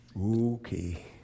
Okay